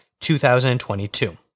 2022